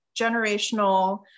generational